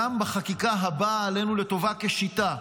גם בחקיקה הבאה עלינו לטובה כשיטה.